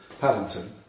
Paddington